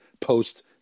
post